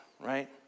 right